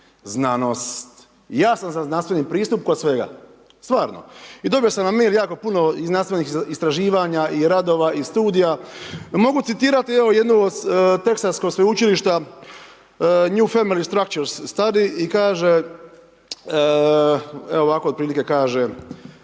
Znanost. Ja sam za znanstveni pristup kod svega, stvarno i dobio sam na mail jako puno i znanstvenih istraživanja i radova i studija, mogu citirati evo jednu od teksaškog sveučilišta New family structure study i kaže evo ovako otprilike kaže.